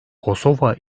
kosova